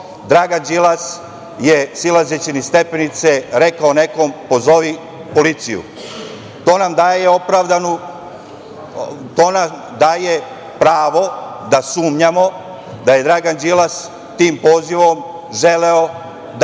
Dragan Đilas je silazeći niz stepenice rekao nekom – pozovi policiju. To nam daje pravo da sumnjamo da je Dragan Đilas tim pozivom želeo da